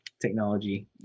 technology